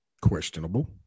Questionable